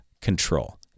control